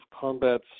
combat